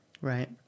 Right